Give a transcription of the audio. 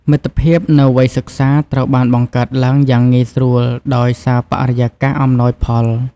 មិត្តភាពនៅវ័យសិក្សា ត្រូវបានបង្កើតឡើងយ៉ាងងាយស្រួលដោយសារបរិយាកាសអំណោយផល។